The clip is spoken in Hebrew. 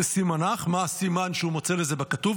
"וסימנך" מה הסימן שהוא מוצא לזה בכתוב?